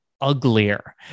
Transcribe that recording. uglier